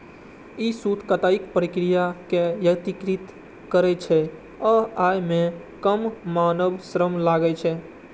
ई सूत कताइक प्रक्रिया कें यत्रीकृत करै छै आ अय मे कम मानव श्रम लागै छै